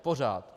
Pořád.